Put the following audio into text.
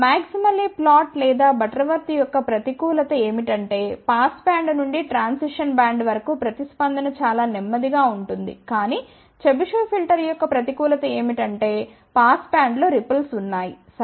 maximally flat లేదా Butterworth యొక్క ప్రతికూలత ఏమిటంటే పాస్ బ్యాండ్ నుండి ట్రాన్సిషన్ బ్యాండ్ వరకు ప్రతిస్పందన చాలా నెమ్మదిగా ఉంటుంది కాని చెబిషెవ్ ఫిల్టర్ యొక్క ప్రతికూలత ఏమిటంటే పాస్ బ్యాండ్లో రిపుల్స్ ఉన్నాయి సరే